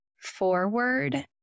forward